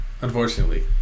Unfortunately